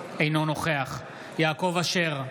אינו נוכח יעקב אשר,